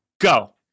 go